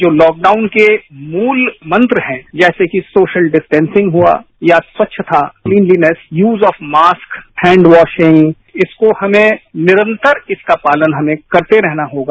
जो लॉकडाउन के मूल मंत्र हैं जैसे की सोशल डिस्टेसिंग हुआ या स्वच्छता cleanliness use of mask hand washing इसकों हमें निरंतर इसका पालन हमें करते रहना होगा